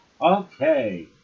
Okay